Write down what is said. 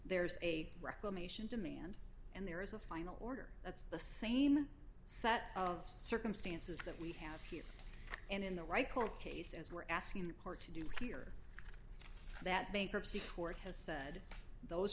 there's a reclamation demand and there is a final order that's the same set of circumstances that we have here and in the right court case as we're asking the court to do clear that bankruptcy court has said those